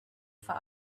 for